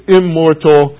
immortal